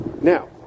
now